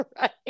Right